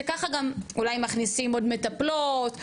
שככה גם אולי מכניסים עוד מטפלות,